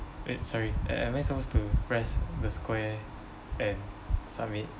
eh sorry a~ am I supposed to press the square and submit